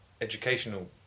educational